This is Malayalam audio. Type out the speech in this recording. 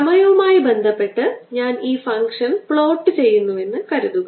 സമയവുമായി ബന്ധപ്പെട്ട് ഞാൻ ഈ ഫംഗ്ഷൻ പ്ലോട്ട് ചെയ്യുന്നുവെന്ന് കരുതുക